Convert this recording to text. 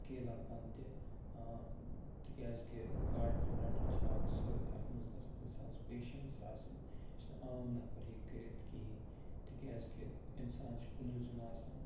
اکیلا پن تہِ تِکیٛازِ کہِ گاڈٕ رٹُن چھُ اَکھ سُہ اَتھ منٛز گَژھن اِنسانس پیٚشنٕس آسٕنۍ یُس نہٕ عام نفر ہیٚکہِ کٔرِتھ کِہیٖنٛۍ تِکیٛازِ کہِ اِنسان چھُ کُنٕے زوٚن آسان